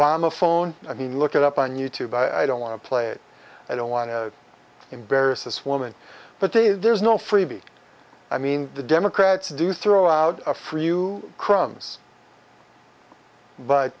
obama phone i mean look it up on you tube i don't want to play it i don't want to embarrass this woman but there's no freebee i mean the democrats do throw out a few crumbs but